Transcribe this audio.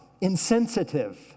insensitive